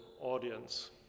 audience